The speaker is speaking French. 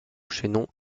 chaînon